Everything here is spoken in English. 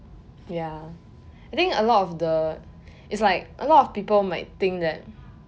ya I think a lot of the is like a lot of people might think that